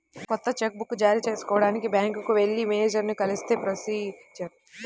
కొత్త cheque book జారీ చేయించుకోడానికి బ్యాంకుకి వెళ్లి మేనేజరుని కలిస్తే ప్రొసీజర్